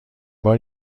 بار